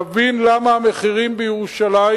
יבין למה המחירים בירושלים,